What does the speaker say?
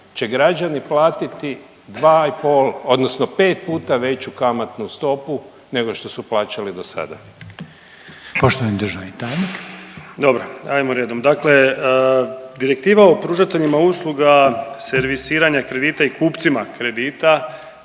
će građani platiti dva i pol odnosno pet puta veću kamatnu stopu nego što su plaćali do sada. **Reiner, Željko (HDZ)** Poštovani državni tajnik. **Čuraj, Stjepan (HNS)** Dobro, ajmo redom, dakle Direktiva o pružateljima usluga servisiranja kredita i kupcima kredita